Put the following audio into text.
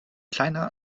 kleiner